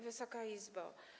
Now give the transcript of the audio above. Wysoka Izbo!